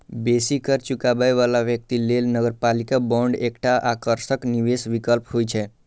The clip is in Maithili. बेसी कर चुकाबै बला व्यक्ति लेल नगरपालिका बांड एकटा आकर्षक निवेश विकल्प होइ छै